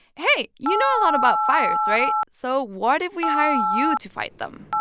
hey, you know a lot about fires, right? so why don't we hire you to fight them?